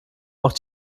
auch